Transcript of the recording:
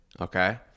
okay